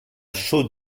chaux